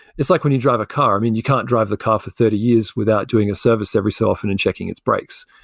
it's like when you drive a car, i mean, you can't drive the car for thirty years without doing a service every so often and checking its breaks.